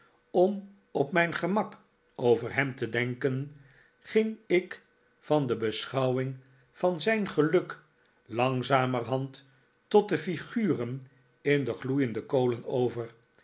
om op mijn gemak over hem te denken ging ik van de beschouwing van zijn geluk langzamerhand tot de figuren in de gloeiende kolen over